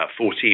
14